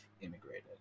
immigrated